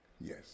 yes